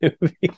movie